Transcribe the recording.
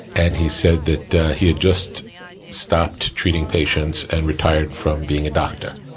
and, he said that he had just stopped treating patients, and retired from being a doctor.